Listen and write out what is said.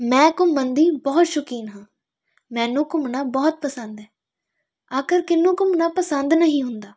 ਮੈਂ ਘੁੰਮਣ ਦੀ ਬਹੁਤ ਸ਼ੌਕੀਨ ਹਾਂ ਮੈਨੂੰ ਘੁੰਮਣਾ ਬਹੁਤ ਪਸੰਦ ਹੈ ਆਖਰ ਕਿਹਨੂੰ ਘੁੰਮਦਾ ਪਸੰਦ ਨਹੀਂ ਹੁੰਦਾ